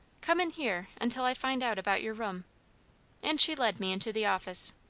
come in here, until i find out about your room and she led me into the office.